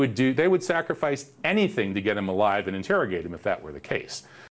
would do they would sacrifice anything to get him alive and interrogate him if that were the case